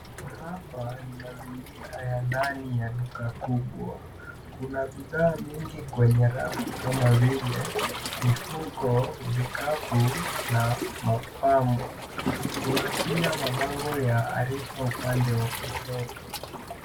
Hapa ni mazingira ya ndani ya duka kubwa. Kuna bidhaa mingi kwenye rafu kama vile mifuko, vikapu na mapambo. Kuna pia mabango ya arifa upande wa kushoto.